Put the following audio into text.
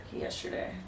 yesterday